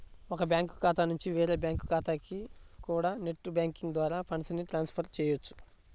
ఒక బ్యాంకు ఖాతా నుంచి వేరే బ్యాంకు ఖాతాకి కూడా నెట్ బ్యాంకింగ్ ద్వారా ఫండ్స్ ని ట్రాన్స్ ఫర్ చెయ్యొచ్చు